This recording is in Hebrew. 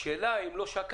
השאלה היא אם לא שקלתם